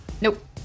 Nope